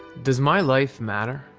does my life matter?